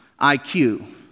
IQ